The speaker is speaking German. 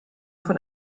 von